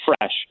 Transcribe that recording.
fresh